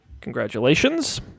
Congratulations